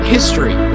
History